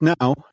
now